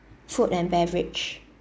food and beverage